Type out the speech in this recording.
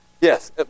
Yes